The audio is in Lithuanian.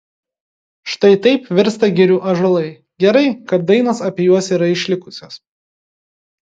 štai taip virsta girių ąžuolai gerai kad dainos apie juos yra išlikusios